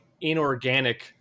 inorganic